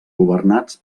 governats